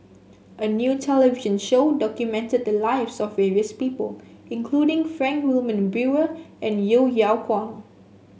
a new television show documented the lives of various people including Frank Wilmin Brewer and Yeo Yeow Kwang